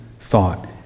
thought